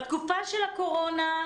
בתקופה של הקורונה,